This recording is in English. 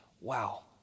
wow